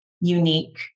unique